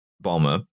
bomber